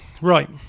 Right